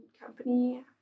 company